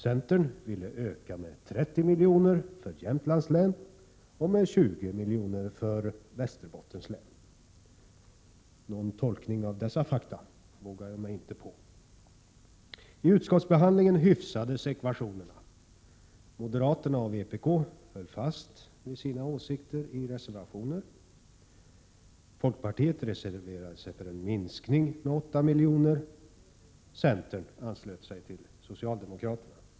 Centern ville öka med 30 milj.kr. för Jämtlands län och med 20 milj.kr. för Västerbottens län. Någon tolkning av dessa fakta vågar jag mig inte på. I utskottsbehandlingen hyfsades ekvationerna. Moderaterna och vpk höll fast vid sina åsikter i reservationer. Folkpartiet reserverade sig för en minskning med 8 milj.kr. Centern anslöt sig till socialdemokraterna.